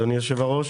אדוני יושב-הראש.